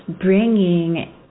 bringing